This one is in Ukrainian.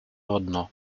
одно